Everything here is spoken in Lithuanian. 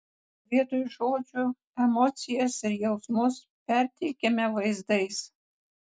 vietoj žodžių emocijas ir jausmus perteikiame vaizdais